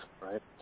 right